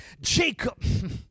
Jacob